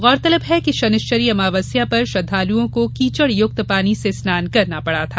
गौरतलब है कि शनिश्चरी अमावस्या पर श्रद्दालुओं को कीचड़युक्त पानी से स्नान करना पड़ा था